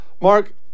Mark